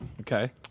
Okay